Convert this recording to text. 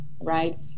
right